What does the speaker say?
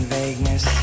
vagueness